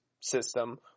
system –